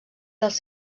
dels